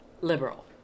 liberal